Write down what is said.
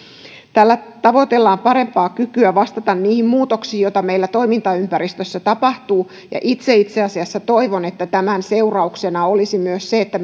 tällä tavoitellaan parempaa kykyä vastata niihin muutoksiin joita meillä toimintaympäristössä tapahtuu ja itse itse asiassa itse toivon että tämän seurauksena olisi myös se että